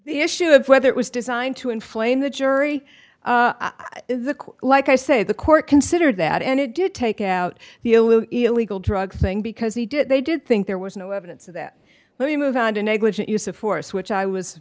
the issue of whether it was designed to inflame the jury like i say the court considered that and it did take out the illegal drug thing because he did they did think there was no evidence of that let me move on to negligent use of force which i was